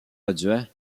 adjoint